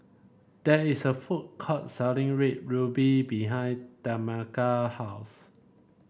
there is a food court selling Red Ruby behind Tameka house